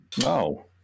No